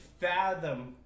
fathom